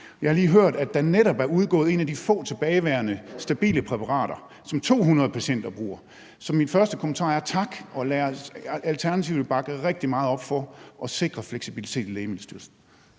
Jeg har lige hørt, at et af de få tilbageværende stabile præparater, som 200 patienter bruger, netop er udgået. Så min første kommentar er: Tak, og Alternativet vil bakke rigtig meget op for at sikre fleksibilitet i Lægemiddelstyrelsen.